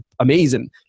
amazing